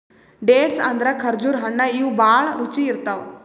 dates ಅಂದ್ರ ಖರ್ಜುರ್ ಹಣ್ಣ್ ಇವ್ ಭಾಳ್ ರುಚಿ ಇರ್ತವ್